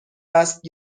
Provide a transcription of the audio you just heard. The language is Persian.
است